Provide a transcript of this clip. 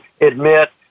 admit